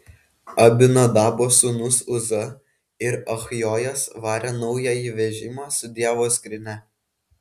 abinadabo sūnūs uza ir achjojas varė naująjį vežimą su dievo skrynia